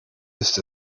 ist